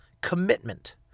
commitment